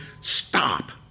stop